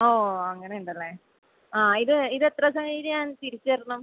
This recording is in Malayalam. ഓ ഓ അങ്ങനെ ഉണ്ടല്ലേ ആ ഇത് ഇത് എത്ര ദിവസം കഴിഞ്ഞ് ഞാൻ തിരിച്ച് തരണം